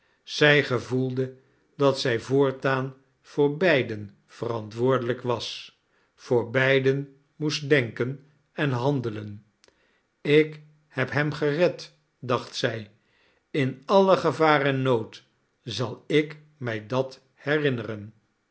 zij gevoelde dat zij voortaan voor beiden verantwoordelijk was voor beiden moest denken en handelen ik heb hem gered dacht zij in alle gevaar en nood zal ik mij dat herinneren